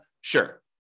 Sure